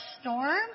storm